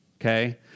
okay